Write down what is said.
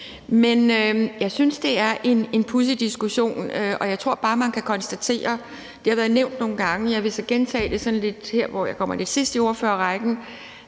Jeg synes, det er en pudsig diskussion, og jeg tror bare, man kan konstatere – det har været nævnt nogle gange, og jeg vil så gentage det her, hvor jeg kommer lidt sidst i ordførerrækken